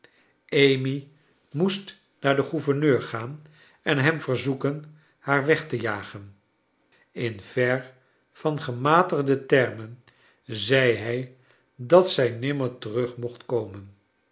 amy moest naar den gouverneur gaan en hem verzoeken haar weg te jagen in ver van gematigde termen zei hij dat zij nimmer terug mocht komen